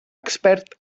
expert